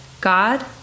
God